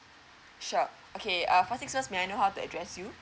sure okay uh first uh may I know how to address you